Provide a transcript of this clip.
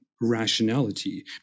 rationality